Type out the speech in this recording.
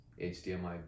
HDMI